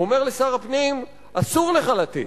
הוא אומר לשר הפנים: אסור לך לתת.